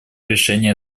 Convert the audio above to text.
решения